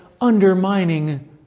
undermining